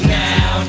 now